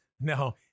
No